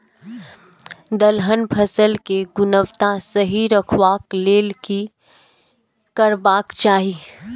दलहन फसल केय गुणवत्ता सही रखवाक लेल की करबाक चाहि?